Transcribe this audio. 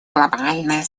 глобальная